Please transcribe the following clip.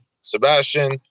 Sebastian